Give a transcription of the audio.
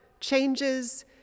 changes